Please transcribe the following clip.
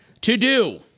To-do